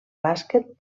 bàsquet